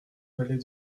valet